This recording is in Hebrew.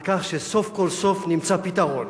על כך שסוף כל סוף נמצא פתרון